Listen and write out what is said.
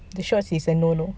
the shorts is a no no